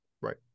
Right